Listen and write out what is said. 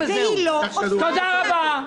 תודה רבה.